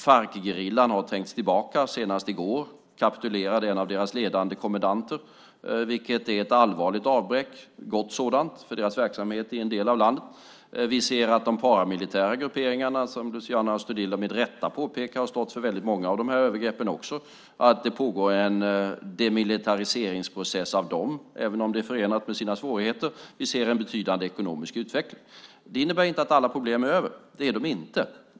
Farcgerillan har trängts tillbaka. Senast i går kapitulerade en av deras ledande kommendanter, vilket är ett allvarligt avbräck - ett gott sådant - för deras verksamhet i en del av landet. Vi ser att det pågår en process för demilitarisering av de paramilitära grupperingar som Luciano Astudillo med rätta påpekar har stått för väldigt många av övergreppen, även om denna demilitariseringsprocess är förenad med sina svårigheter. Vi ser en betydande ekonomisk utveckling. Det innebär inte att alla problem är över. Det är de inte.